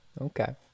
okay